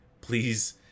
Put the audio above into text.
Please